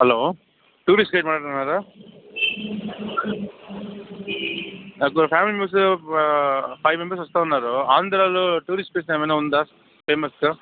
hello tourist guide మాట్లాడుతున్నారా నాకు family members ప ఫైవ్ మెంబర్స్ వస్తూ ఉన్నారు ఆంధ్రాలో టూరిస్ట్ ప్లేస్ ఏమన్నా ఉందా ఫేమసు